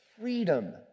freedom